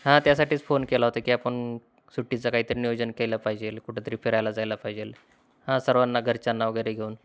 हा त्यासाठीच फोन केला होतं की आपण सुट्टीचं काहीतरी नियोजन केलं पाहिजे कुठेतरी फिरायला जायला पाहिजे हा सर्वांना घरच्यांना वगैरे घेऊन